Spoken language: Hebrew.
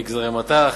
נגזרי מט"ח,